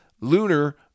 Lunar